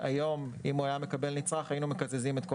היום אם הוא היה מקבל תגמול נצרך היינו מקזזים את כל